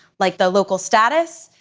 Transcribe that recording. like the local status,